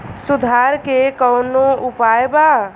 सुधार के कौनोउपाय वा?